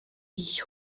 ich